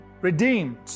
redeemed